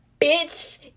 bitch